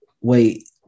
wait